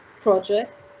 project